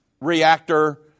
reactor